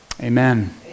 amen